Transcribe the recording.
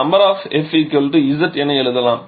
of F z என எழுதலாம்